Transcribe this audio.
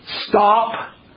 Stop